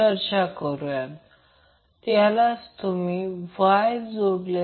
आणि Van Vbn Vcn हे देखील दिले जाते